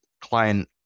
client